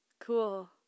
Cool